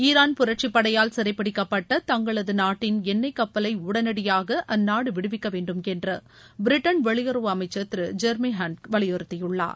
Iran புரட்சிப்படையால் சிறைபிடிக்கப்பட்ட தங்களது நாட்டின் எண்ணெய் கப்பலை உடனடியாக அந்நாடு விடுவிக்கவேண்டும் என்று பிரிட்டன் வெளியுறவு அமைச்சர் திரு ஜெரிமி ஹண்ட் வலியுறுத்தியுள்ளார்